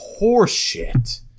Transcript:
horseshit